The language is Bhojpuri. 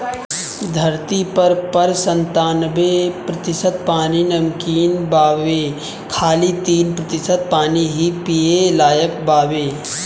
धरती पर पर संतानबे प्रतिशत पानी नमकीन बावे खाली तीन प्रतिशत पानी ही पिए लायक बावे